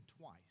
twice